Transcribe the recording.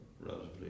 relatively